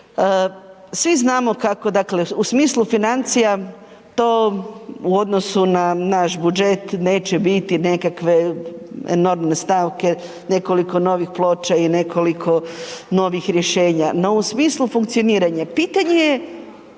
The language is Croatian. Svi znamo kako dakle, u smislu financija to u odnosu na naš budžet neće biti nekakve enormne stavke, nekoliko novih ploča i nekoliko novih rješenja. No u smislu funkcioniranja pitanje je